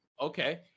Okay